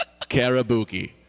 karabuki